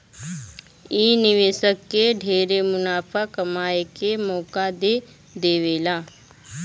इ निवेशक के ढेरे मुनाफा कमाए के मौका दे देवेला